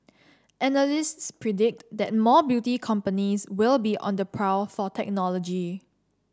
analysts predict that more beauty companies will be on the prowl for technology